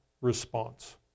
response